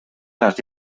las